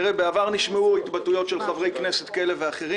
בעבר נשמעו התבטאויות של חברי כנסת כאלה ואחרים